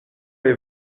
les